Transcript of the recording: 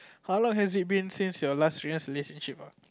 how long has it been since your last serious relationship